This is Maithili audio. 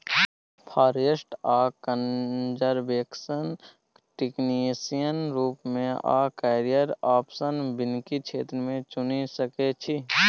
फारेस्ट आ कनजरबेशन टेक्निशियन रुप मे अहाँ कैरियर आप्शन बानिकी क्षेत्र मे चुनि सकै छी